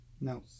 No